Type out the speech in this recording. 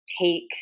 take